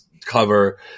cover